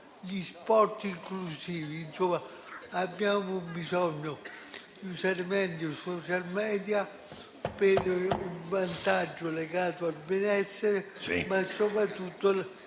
gli sport inclusivi. Abbiamo bisogno di usare meglio i *social media* per un vantaggio legato al benessere, ma soprattutto